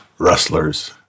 Rustlers